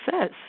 says